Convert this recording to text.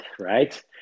right